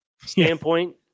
standpoint